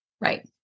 Right